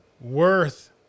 worth